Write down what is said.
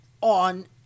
on